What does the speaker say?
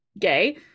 gay